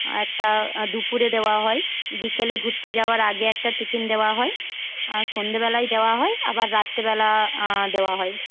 একটা দুপুরে দেওয়া হয় বিকেলে ঘুরতে যাওয়ার আগে একটা টিফিন দেওয়া হয় আর সন্ধ্যেবেলায় দেওয়া হয় আবার রাত্রেবেলা দেওয়া হয়